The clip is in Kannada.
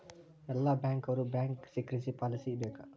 ಎಲ್ಲ ಬ್ಯಾಂಕ್ ಅವ್ರು ಬ್ಯಾಂಕ್ ಸೀಕ್ರೆಸಿ ಪಾಲಿಸಲೇ ಬೇಕ